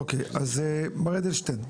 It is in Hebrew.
מר אדלשטיין,